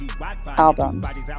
albums